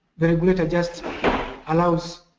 the regulator just allows